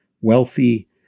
wealthy